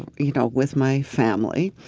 you know, with my family.